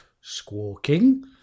Squawking